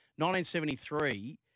1973